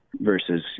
versus